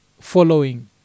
following